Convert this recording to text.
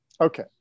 okay